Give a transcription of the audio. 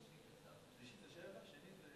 פרשנות יפה.